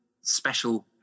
special